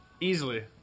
Easily